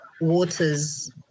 waters